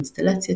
אינסטלציה,